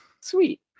sweet